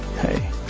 Hey